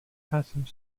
passive